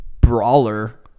brawler